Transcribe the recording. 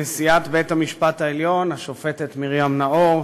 נשיאת בית-המשפט העליון השופטת מרים נאור,